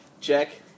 Check